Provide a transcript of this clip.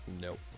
Nope